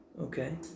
Okay